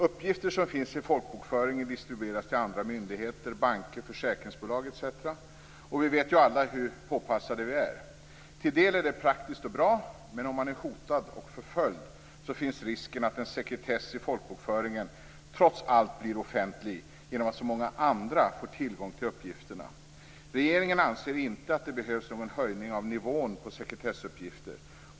Uppgifter som finns i folkbokföringen distribueras till andra myndigheter, banker, försäkringsbolag etc. Vi vet ju alla hur påpassade vi är. Delvis är det praktiskt och bra, men om man är hotad och förföljd finns risken att en sekretesskyddad uppgift i folkbokföringen trots allt blir offentlig genom att så många andra får tillgång till uppgifterna. Regeringen anser inte att det behövs någon höjning av nivån på sekretessuppgifter.